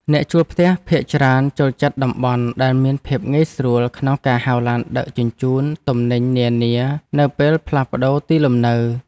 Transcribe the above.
អ្នកជួលផ្ទះភាគច្រើនចូលចិត្តតំបន់ដែលមានភាពងាយស្រួលក្នុងការហៅឡានដឹកជញ្ជូនទំនិញនានានៅពេលផ្លាស់ប្តូរទីលំនៅ។